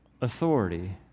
authority